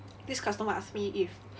this customer asked me if